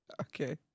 okay